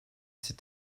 ces